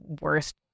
worst